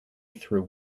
through